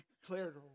declared